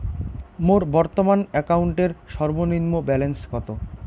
মোর বর্তমান অ্যাকাউন্টের সর্বনিম্ন ব্যালেন্স কত?